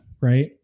Right